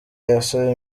yasa